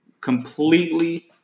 completely